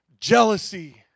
Jealousy